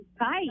hi